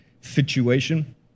situation